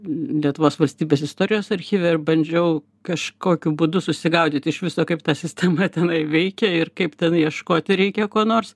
lietuvos valstybės istorijos archyve ir bandžiau kažkokiu būdu susigaudyt iš viso kaip ta sistema tenai veikia ir kaip ten ieškoti reikia ko nors